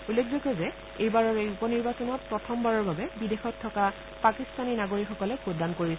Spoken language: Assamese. উল্লেখযোগ্য যে এইবাৰৰ এই উপ নিৰ্বাচনত প্ৰথমবাৰৰ বাবে বিদেশত থকা পাকিস্তানী নাগৰিকসকলে ভোটদান কৰিছে